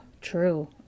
True